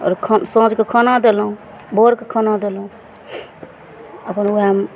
आओर खा साँझके खाना देलहुॅं भोर कऽ खाना देलहुॅं अपन उहएमे